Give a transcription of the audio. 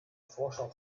forscher